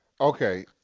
Okay